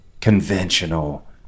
Conventional